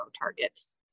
targets